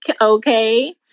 Okay